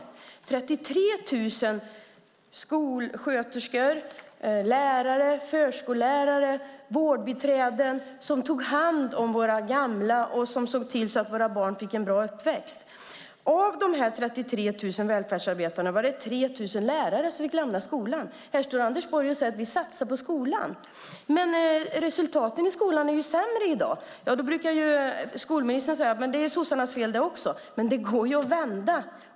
Det var 33 000 skolsköterskor, lärare, förskollärare och vårdbiträden som tog hand om våra gamla och såg till att våra barn fick en bra uppväxt. Av dessa 33 000 välfärdsarbetare var det 3 000 lärare som fick lämna skolan. Här står Anders Borg och säger att "vi satsar på skolan". Men resultaten i skolan är ju sämre i dag. Då brukar skolministern säga: Det är också sossarnas fel. Men det går ju att vända.